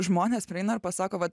žmonės prieina ir pasako vat